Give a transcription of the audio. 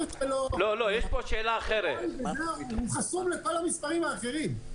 פה שאלה אחרת ---- והוא חסום לכל המספרים האחרים.